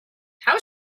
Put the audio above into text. how